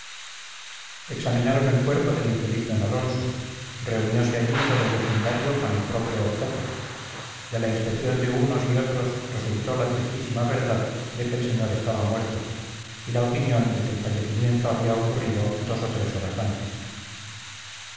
examinaron el cuerpo del infeliz d alonso reuniose allí todo el vecindario con el propio objeto de la inspección de unos y otros resultó la tristísima verdad de que el señor estaba muerto y la opinión de que el fallecimiento había ocurrido dos o tres horas antes